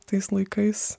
tais laikais